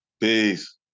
peace